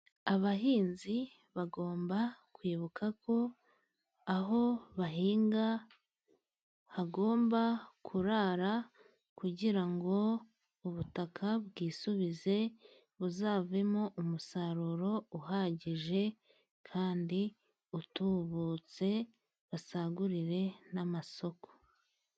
Abahinzi bagomba kwibuka ko aho bahinga hagomba kurara, kugira ngo ubutaka bwisubize buzavemo umusaruro uhagije, kandi utubutse basagurire n'amasoko.